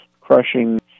crushing